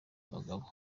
abagabo